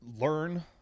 learn